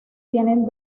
tienen